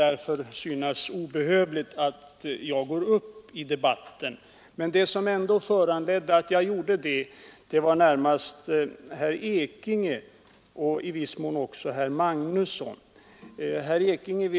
Därför kan det synas obehövligt att jag går upp i debatten, men det som föranledde mig att göra det var vad herr Ekinge och i viss mån även herr Magnusson i Kristinehamn sade.